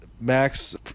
Max